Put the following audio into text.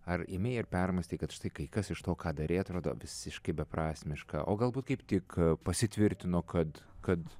ar imi ir permąstai kad štai kai kas iš to ką darei atrodo visiškai beprasmiška o galbūt kaip tik pasitvirtino kad kad